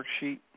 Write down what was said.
worksheet